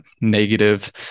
negative